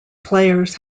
players